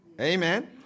Amen